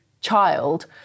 child